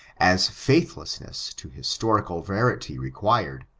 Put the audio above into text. as faithfulness to historical verity required,